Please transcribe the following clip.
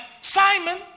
Simon